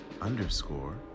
underscore